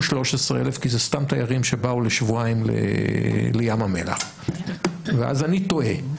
13,000 כי זה סתם תיירים שבאו לשבועיים לים המלח ואז אני טועה.